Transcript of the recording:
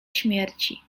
śmierci